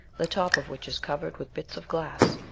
the top of which is covered with bits of glass,